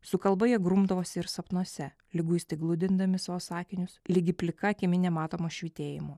su kalba jie grumdavosi ir sapnuose liguistai gludindami savo sakinius ligi plika akimi nematomo švytėjimo